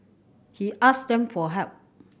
he asked them for help